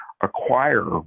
acquire